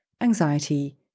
anxiety